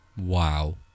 Wow